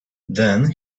then